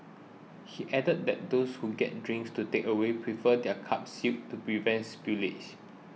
he added that those who get drinks to takeaway prefer their cups sealed to prevent spillage